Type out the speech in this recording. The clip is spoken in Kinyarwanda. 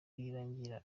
rwirangira